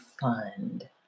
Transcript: fund